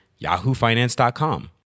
yahoofinance.com